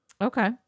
Okay